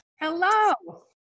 Hello